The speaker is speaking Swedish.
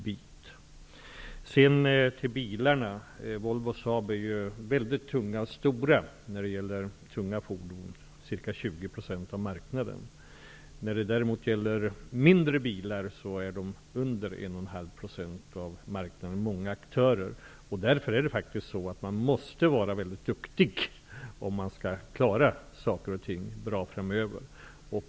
Volvo och Saab har en stor del av marknaden, ca 20 %, när det gäller tunga fordon. När det däremot gäller mindre bilar har de mindre än 1,5 % av marknaden. Man måste därför vara mycket duktig om man skall klara sig framöver.